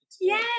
Yay